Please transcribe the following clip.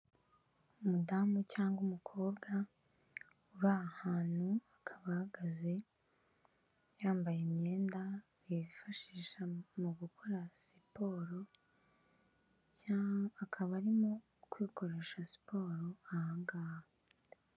Umudamu cyangwa umukobwa uri ahantu, akaba ahagaze yambaye imyenda bifashisha mu gukora siporo, akaba arimo kwikoresha siporo ahangaha.